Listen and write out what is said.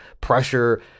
pressure